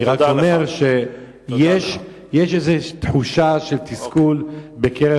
אני רק אומר שיש תחושה של תסכול בקרב